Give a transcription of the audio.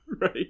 Right